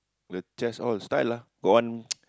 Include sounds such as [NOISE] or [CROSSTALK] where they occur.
the chest all style ah got one [NOISE]